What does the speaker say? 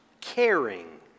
caring